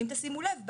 ואם תשימו לב,